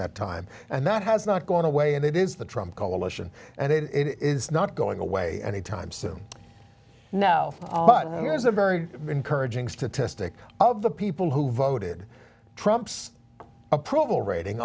that time and that has not gone away and it is the trump coalition and it is not going away any time soon now but here is a very encouraging statistic of the people who voted trump's approval rating